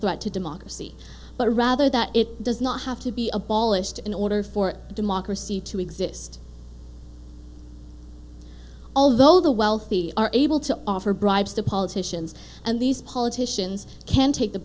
threat to democracy but rather that it does not have to be a balazs to in order for democracy to exist although the wealthy are able to offer bribes to politicians and these politicians can take the